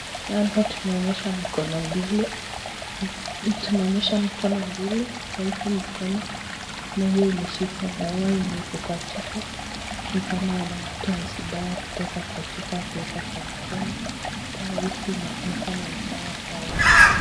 Hapa tumeonyeshwa mikono mbili, tumeonyesha mikono mbili, kwa hizi mikono moja imeshika dawa yenye iko kwa chupa ni kama anatoa hizi dawa kutoka kwa chupa akiweka kwa mikono, dawa hizi inaonekana ni dawa za watu.